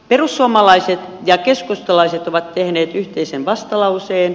perussuomalaiset ja keskustalaiset ovat tehneet yhteisen vastalauseen